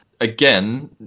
again